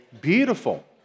beautiful